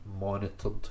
monitored